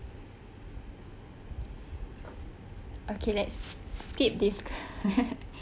okay let's skip this que~